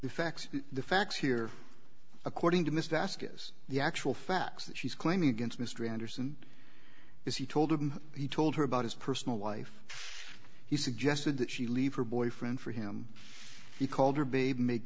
the facts the facts here according to mr ask is the actual facts that she's claiming against mr anderson is he told him he told her about his personal life he suggested that she leave her boyfriend for him he called her baby make